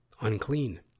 unclean